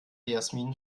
jasmin